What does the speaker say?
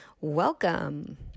Welcome